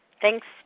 Thanks